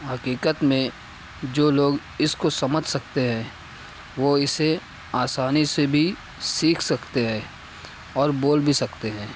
حقیقت میں جو لوگ اس کو سمجھ سکتے ہے وہ اسے آسانی سے بھی سیکھ سکتے ہے اور بول بھی سکتے ہیں